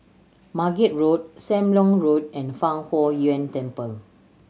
Margate Road Sam Leong Road and Fang Huo Yuan Temple